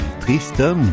Tristan